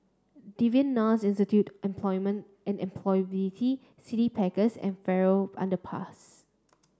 Devan Nair's Institute Employment and Employability City Backpackers and Farrer Underpass